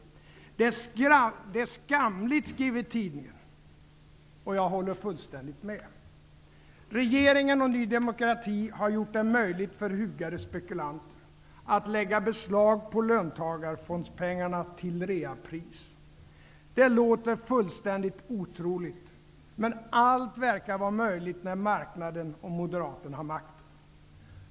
''Det är skamligt'', skriver tidningen, och det håller jag fullständigt med om. Regeringen och Ny demokrati har gjort det möjligt för hugade spekulanter att lägga beslag på löntagarfondspengarna till reapris. Det låter fullständigt otroligt. Men allt verkar vara möjligt när marknaden och moderaterna har makten.